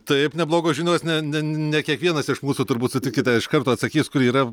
taip neblogos žinios ne ne ne kiekvienas iš mūsų turbūt sutiksite iš karto atsakys kur yra